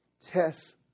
Tests